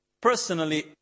personally